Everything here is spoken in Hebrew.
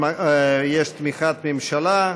יש תמיכת ממשלה.